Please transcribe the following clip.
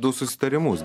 du susitarimus